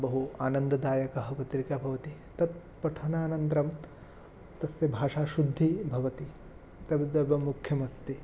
बहु आनन्ददायकः पत्रिका भवति तत् पठनानन्तरं तस्य भाषाशुद्धिः भवति तदेव मुख्यमस्ति